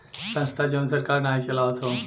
संस्था जवन सरकार नाही चलावत हौ